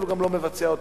אבל הוא גם לא מבצע אותם.